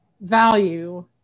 value